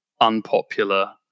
unpopular